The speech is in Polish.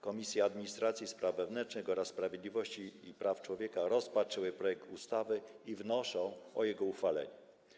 Komisja Administracji i Spraw Wewnętrznych oraz Komisja Sprawiedliwości i Praw Człowieka rozpatrzyły projekt ustawy i wnoszą o jego uchwalenie.